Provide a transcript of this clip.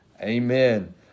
Amen